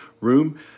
room